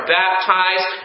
baptized